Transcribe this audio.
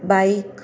bike